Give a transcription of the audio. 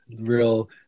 real